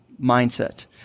mindset